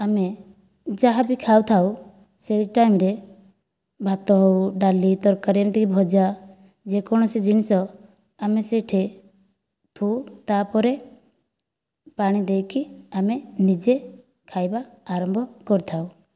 ଆମେ ଯାହା ବି ଖାଉଥାଉ ସେହି ଟାଇମରେ ଭାତ ହେଉ ଡାଲି ତରକାରୀ ଏମିତିକି ଭଜା ଯେକୌଣସି ଜିନିଷ ଆମେ ସେଇଠି ଥୋଉ ତାପରେ ପାଣି ଦେଇକି ଆମେ ନିଜେ ଖାଇବା ଆରମ୍ଭ କରିଥାଉ